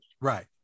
Right